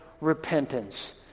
repentance